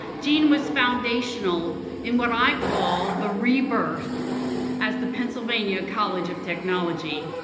gene was foundational in what i call, the rebirth as the pennsylvania college of technology.